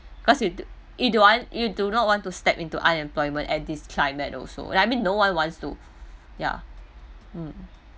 cause you do you don't want you do not want to step into unemployment at this climate also I mean no one wants to ya mm